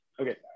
Okay